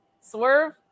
Swerve